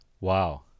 Wow